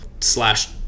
slash